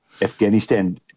Afghanistan